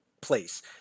place